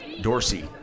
Dorsey